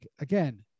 again